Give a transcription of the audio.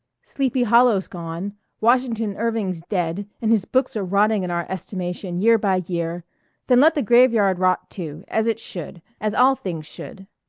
sleepy hollow's gone washington irving's dead and his books are rotting in our estimation year by year then let the graveyard rot too, as it should, as all things should.